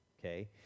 okay